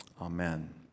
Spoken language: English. Amen